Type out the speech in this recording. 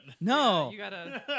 No